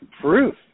proof